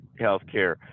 Healthcare